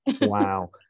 Wow